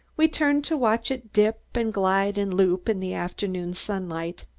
we turned to watch it dip and glide and loop, in the afternoon sunlight.